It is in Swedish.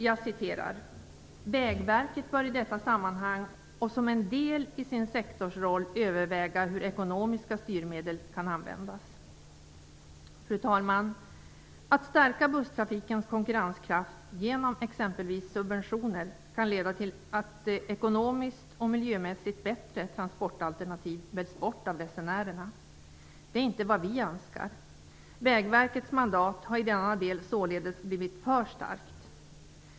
Jag citerar: "Vägverket bör i detta sammanhang och som en del i sin sektorsroll överväga hur ekonomiska styrmedel kan användas." Fru talman! Att stärka busstrafikens konkurrenskraft genom exempelvis subventioner kan leda till att ekonomiskt och miljömässigt bättre transportalternativ väljs bort av resenärerna. Det är inte vad vi önskar. Vägverkets mandat har i denna del således blivit för starkt.